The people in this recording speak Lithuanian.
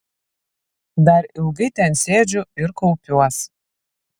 dar ilgai ten sėdžiu ir kaupiuos